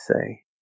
say